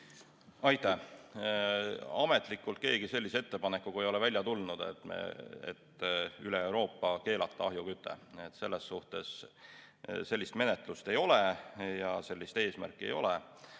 Aitäh! Ametlikult keegi sellise ettepanekuga ei ole välja tulnud, et üle Euroopa keelata ahjuküte. Sellist menetlust ei ole ja sellist eesmärki ei ole.